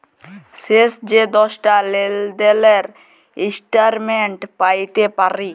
শেষ যে দশটা লেলদেলের ইস্ট্যাটমেল্ট প্যাইতে পারি